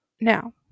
Now